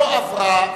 לא עברה.